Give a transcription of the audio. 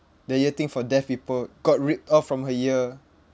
the ear thing for deaf people got ripped off from her ear